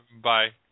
Bye